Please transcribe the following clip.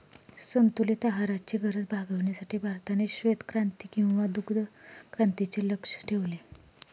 संतुलित आहाराची गरज भागविण्यासाठी भारताने श्वेतक्रांती किंवा दुग्धक्रांतीचे लक्ष्य ठेवले